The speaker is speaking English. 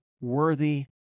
worthy